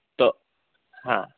তো হ্যাঁ